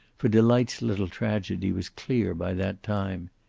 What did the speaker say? for delight's little tragedy was clear by that time.